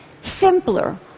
Simpler